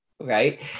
Right